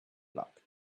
luck